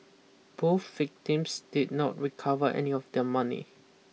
both victims did not recover any of their money